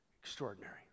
Extraordinary